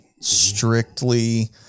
strictly